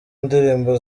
ndirimbo